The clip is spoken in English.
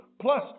Plus